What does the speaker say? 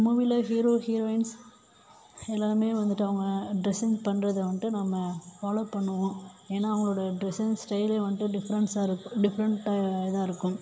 மூவியில் hero heroines எல்லாருமே வந்துட்டு அவங்க ட்ரெஸ்ஸிங் பண்றதை வந்துட்டு நம்ப ஃபாலோ பண்ணுவோம் ஏன்னா அவங்களோட ட்ரெஸ்ஸிங் ஸ்டைலே வந்துட்டு டிஃப்ரண்ட்ஸ்சாக இருக்குது டிஃப்ரண்ட்டாதான் இருக்கும்